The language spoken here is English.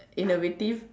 innovative